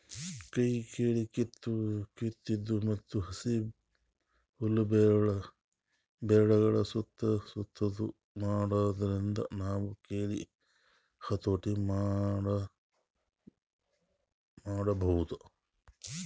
ಕೈಯಿಂದ್ ಕಳಿ ಕಿತ್ತದು ಮತ್ತ್ ಹಸಿ ಹುಲ್ಲ್ ಬೆರಗಳ್ ಸುತ್ತಾ ಸುತ್ತದು ಮಾಡಾದ್ರಿಂದ ನಾವ್ ಕಳಿ ಹತೋಟಿ ಮಾಡಬಹುದ್